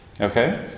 Okay